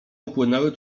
upłynęły